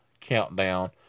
countdown